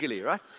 right